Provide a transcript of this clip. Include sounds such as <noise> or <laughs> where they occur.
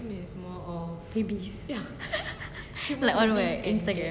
babies <laughs> like on where instagram